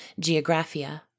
Geographia